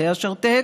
תהא אשר תהא,